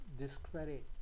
discredit